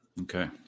Okay